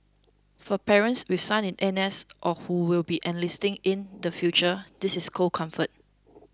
for parents with sons in N S or who will be enlisting in the future this is cold comfort